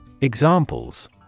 Examples